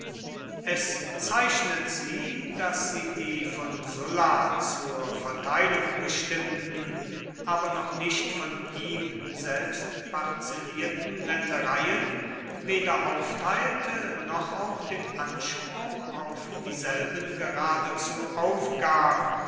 es zeichnet sie daß sie die von sulla zur verteilung bestimmten aber noch nicht von ihm selbst parzellierten ländereien weder aufteilte noch auch den anspruch auf dieselben geradezu aufgab